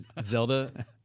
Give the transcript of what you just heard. Zelda